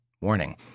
Warning